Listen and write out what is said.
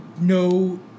no